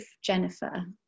Jennifer